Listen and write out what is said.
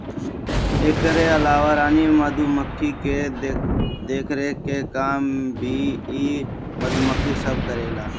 एकरी अलावा रानी मधुमक्खी के देखरेख के काम भी इ मधुमक्खी सब करेली